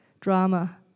drama